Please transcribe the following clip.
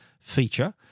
feature